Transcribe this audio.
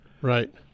Right